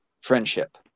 friendship